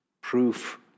Proof